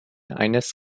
eines